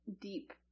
deep